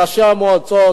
ראשי המועצות.